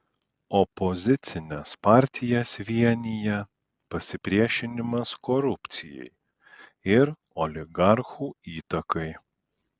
opozicines partijas vienija pasipriešinimas korupcijai ir oligarchų įtakai